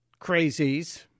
crazies